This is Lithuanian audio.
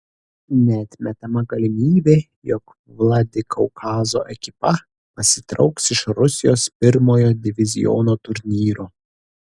neatmetama galimybė jog vladikaukazo ekipa pasitrauks iš rusijos pirmojo diviziono turnyro